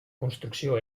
construcció